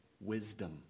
wisdom